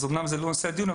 אז אמנם זה לא נושא הדיון,